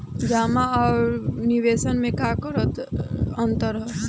जमा आ निवेश में का अंतर ह?